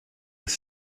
was